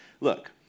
look